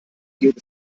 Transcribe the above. geht